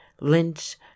lynch